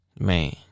man